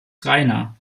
reiner